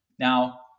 Now